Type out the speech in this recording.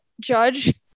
judge